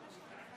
אם כן,